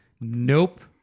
Nope